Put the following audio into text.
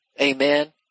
Amen